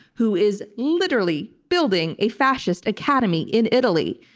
who is literally building a fascist academy in italy,